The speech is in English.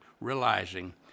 realizing